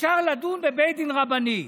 אפשר לדון בבית דין רבני.